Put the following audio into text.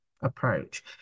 approach